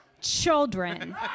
Children